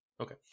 Okay